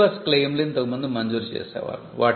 omnibus క్లెయిమ్లు ఇంతకుముందు మంజూరు చేసేవారు